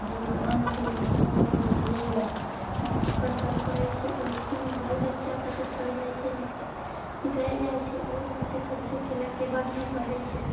युग जमानाके अनुसार तऽ बुझलैये माय बाप कर्तव्य करै छै ओहिमे बाल बच्चा कतेक पढ़ि लै छै निकैल जाइ छै आओर कते खर्चो केलाके बाद नहि पढ़ै छै